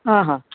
હા હા